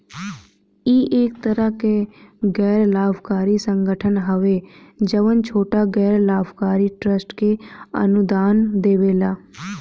इ एक तरह के गैर लाभकारी संगठन हवे जवन छोट गैर लाभकारी ट्रस्ट के अनुदान देवेला